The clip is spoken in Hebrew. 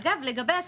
אגב, לגבי הסכום,